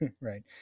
right